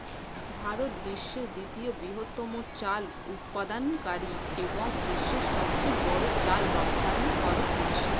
ভারত বিশ্বের দ্বিতীয় বৃহত্তম চাল উৎপাদনকারী এবং বিশ্বের সবচেয়ে বড় চাল রপ্তানিকারক দেশ